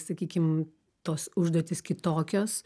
sakykim tos užduotys kitokios